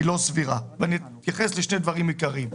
היא לא סבירה ואני רוצה להתייחס לשני דברים עיקריים.